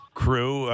crew